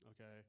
Okay